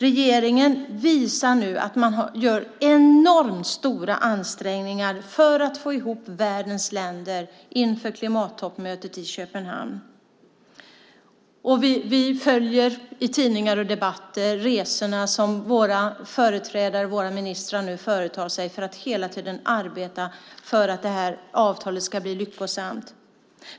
Regeringen visar nu att man gör enormt stora ansträngningar för att få ihop världens länder inför klimattoppmötet i Köpenhamn. Vi följer i tidningar och debatter resorna som våra företrädare, våra ministrar, företar sig för att hela tiden arbeta för att avtalet ska bli lyckosamt.